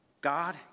God